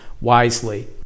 wisely